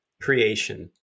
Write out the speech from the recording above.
creation